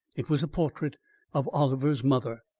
it was a portrait of oliver's mother.